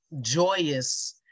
joyous